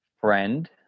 friend